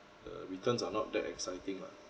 the returns are not that exciting lah